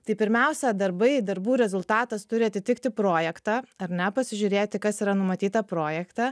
tai pirmiausia darbai darbų rezultatas turi atitikti projektą ar ne pasižiūrėti kas yra numatyta projekte